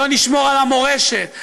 לא נשמור על המורשת,